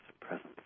presence